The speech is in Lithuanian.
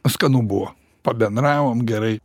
skanu buvo pabendravom gerai